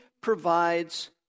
provides